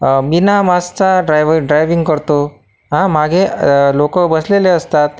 बिना मास्कचा driver driving करतो हां मागे लोक बसलेले असतात